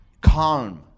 calm